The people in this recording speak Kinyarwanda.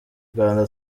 rwanda